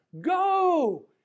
Go